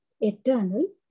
eternal